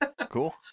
Cool